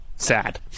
sad